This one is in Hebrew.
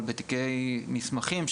אבל בתיקי מסמכים,